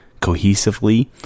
cohesively